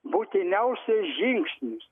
būtiniausias žingsnis